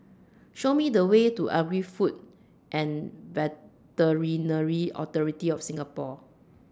Show Me The Way to Agri Food and Veterinary Authority of Singapore